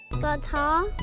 Guitar